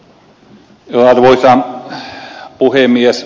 arvoisa puhemies